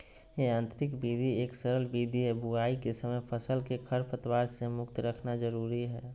यांत्रिक विधि एक सरल विधि हई, बुवाई के समय फसल के खरपतवार से मुक्त रखना जरुरी हई